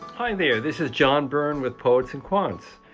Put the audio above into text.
hi there. this is john byrne with poets and quants.